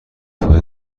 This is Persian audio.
های